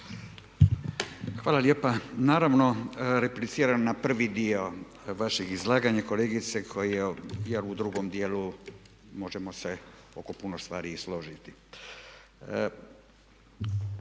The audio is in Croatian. Hvala lijepa. Naravno, repliciram na prvi dio vašeg izlaganja kolegice jer u drugom djelu možemo se oko puno stvari i složiti.